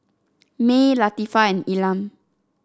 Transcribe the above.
Mae Latifah and Elam